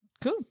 Cool